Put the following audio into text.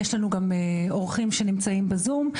יש לנו גם אורחים שנמצאים בזום.